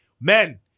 Men